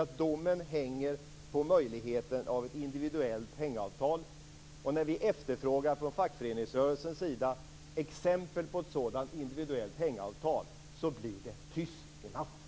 att domen hänger på möjligheten till individuellt hängavtal. När vi efterfrågar från fackföreningsrörelsens sida exempel på ett sådant individuellt hängavtal blir det tyst i natten.